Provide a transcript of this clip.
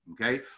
Okay